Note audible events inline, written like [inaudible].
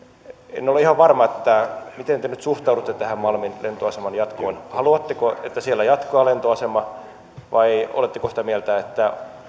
en ole ihan varma miten te nyt suhtaudutte tähän malmin lentoaseman jatkoon haluatteko että siellä jatkaa lentoasema vai oletteko sitä mieltä että [unintelligible]